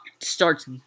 starts